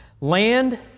Land